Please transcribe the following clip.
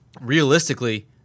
realistically